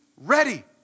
Ready